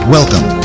Welcome